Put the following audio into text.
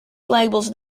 labels